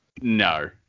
No